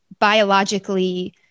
biologically